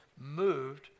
moved